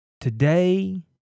Today